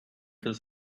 his